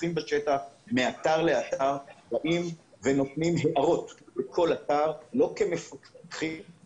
הולכים בשטח מאתר לאתר ונותנים הערות בכל אתר לא כמפקחים,